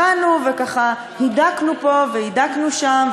באנו וככה הידקנו פה והידקנו שם,